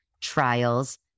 trials